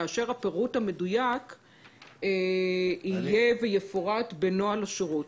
כאשר הפירוט המדויק יהיה ויפורט בנוהל השירות.